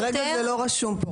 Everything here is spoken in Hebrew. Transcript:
כרגע זה לא רשום כאן.